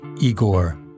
Igor